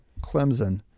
Clemson